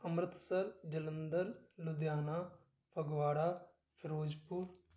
Amritsar Jalandhar Ludhiana Phagwara Firozpur